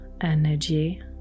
energy